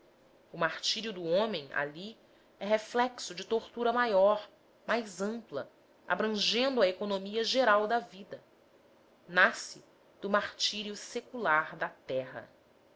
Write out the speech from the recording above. o martírio do homem ali é o reflexo da tortura maior mais ampla abrangendo a economia geral da vida nasce do martírio secular da terra